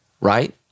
right